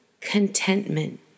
contentment